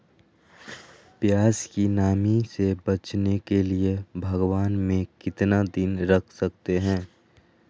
प्यास की नामी से बचने के लिए भगवान में कितना दिन रख सकते हैं?